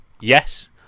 yes